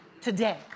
today